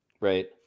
right